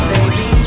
Baby